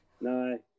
No